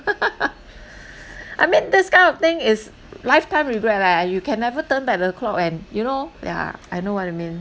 I mean this kind of thing is lifetime regret leh you can never turn back the clock and you know yeah I know what you mean